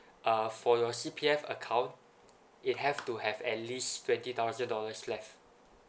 uh for your C_P_F account it have to have at least twenty thousand dollars left